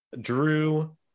Drew